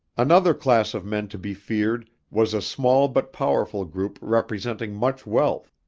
another class of men to be feared was a small but powerful group representing much wealth,